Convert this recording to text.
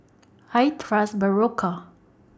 I Trust Berocca